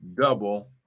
Double